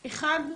אחד,